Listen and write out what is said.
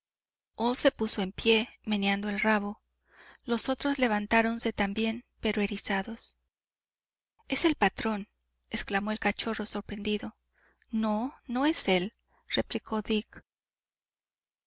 old se puso en pie meneando el rabo los otros levantáronse también pero erizados es el patrón exclamó el cachorro sorprendido no no es él replicó